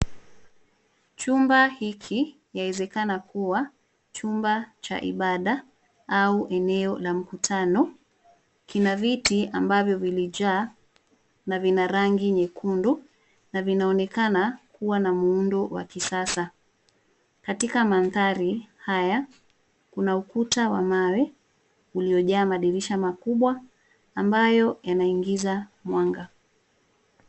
Chumba hiki, yawezekana kuwa, chumba cha ibada au eneo la mkutano, kina viti ambavyo vilijaa na vina rangi nyekundu na vinaonekana kuwa na muundo wa kisasa. Katika mandhari haya, kuna ukuta wa mawe uliojaa madirisha makubwa ambayo yanaingiza mwanga.